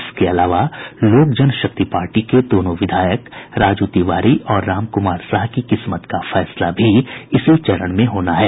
इसके अलावा लोक जनशक्ति पार्टी के दोनों विधायक राजू तिवारी और रामकुमार साह की किस्मत का फैसला भी इसी चरण में होना है